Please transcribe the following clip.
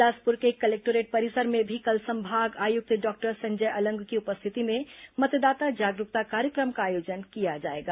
बिलासपुर के कलेक्टोरेट परिसर में भी कल संभाग आयुक्त डॉक्टर संजय अलंग की उपस्थिति में मतदाता जागरूकता कार्यक्रम का आयोजन किया जाएगा